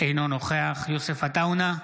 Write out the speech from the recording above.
אינו נוכח יוסף עטאונה,